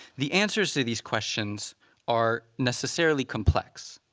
the answers to these questions are necessarily complex,